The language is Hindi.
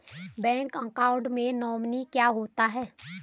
बैंक अकाउंट में नोमिनी क्या होता है?